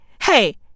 hey